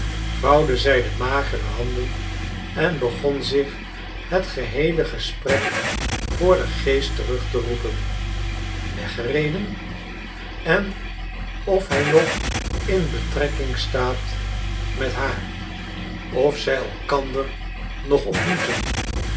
vouwde zij de magere handen en begon zich het geheele gesprek voor den geest terug te roepen weggereden en of hij nog in betrekking staat met haar of zij elkander nog ontmoeten